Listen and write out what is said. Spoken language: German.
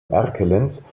erkelenz